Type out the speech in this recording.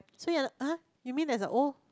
so you're uh you mean there's a old